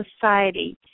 society